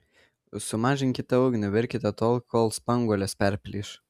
sumažinkite ugnį virkite tol kol spanguolės perplyš